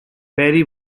perry